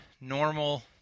normal